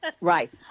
Right